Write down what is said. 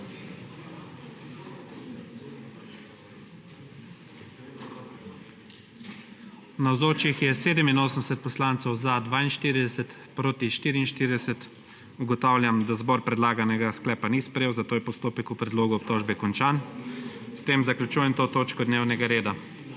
44. (Za je glasovalo 42.) (Proti 44.) Ugotavljam, da zbor predlaganega sklepa ni sprejel, zato je postopek o predlogu obtožbe končan. S tem zaključujem to točko dnevnega reda.